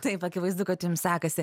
taip akivaizdu kad jums sekasi